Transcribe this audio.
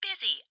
busy